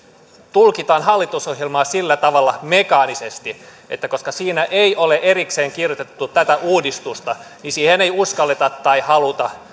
tulkitaan hallitusohjelmaa sillä tavalla mekaanisesti että koska siinä ei ole erikseen kirjoitettu tätä uudistusta niin siihen ei uskalleta tai haluta